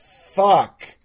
Fuck